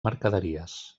mercaderies